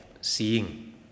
seeing